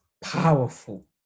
powerful